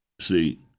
See